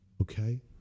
okay